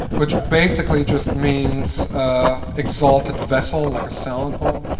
which basically just means exalted vessel, like a salad bowl.